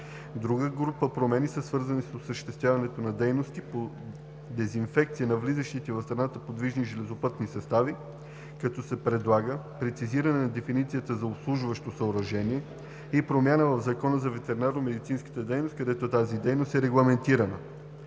Друга група промени са свързани с осъществяване на дейностите по дезинфекция на влизащите в страната подвижни железопътни състави, като се предлага прецизиране на дефиницията за „обслужващо съоръжение“ и промяна в Закона за ветеринарномедицинската дейност, където тази дейност е регламентирана.